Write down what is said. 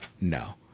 no